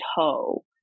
toe